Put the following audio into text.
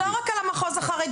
לא רק על המחוז החרדי.